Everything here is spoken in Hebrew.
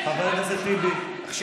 חבר הכנסת מלביצקי, תודה.